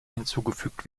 hinzugefügt